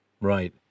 Right